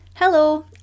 Hello